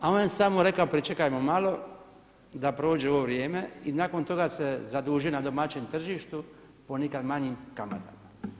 A on je samo rekao pričekajmo malo da prođe ovo vrijeme i nakon toga se zadužio na domaćem tržištu po nikad manjim kamatama.